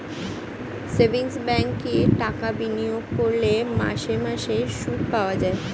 savings ব্যাঙ্কে টাকা বিনিয়োগ করলে মাসে মাসে সুদ পাওয়া যায়